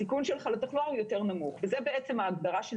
הסיכון שלך לתחלואה הו א יותר נמוך וזאת בעצם ההגדרה של